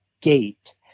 gate